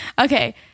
Okay